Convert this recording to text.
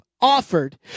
offered